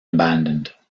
abandoned